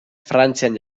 frantzian